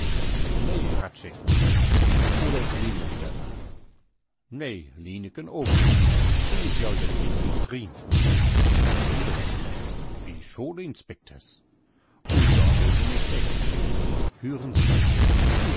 hradscheck oder is line wieder da nei lineken ook nich de is joa jitzt in küstrin bei wem denn bi school inspekters un doa will se nich weg hüren's